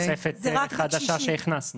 זו תוספת חדשה שהכנסנו.